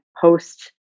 post